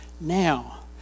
now